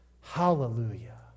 Hallelujah